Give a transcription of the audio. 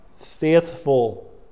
faithful